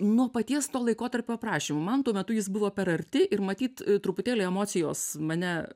nuo paties to laikotarpio aprašymų man tuo metu jis buvo per arti ir matyt truputėlį emocijos mane